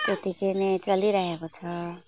त्यत्तिकै नै चलिरहेको छ